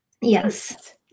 Yes